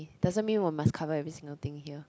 doesn't mean will must cover every single thing here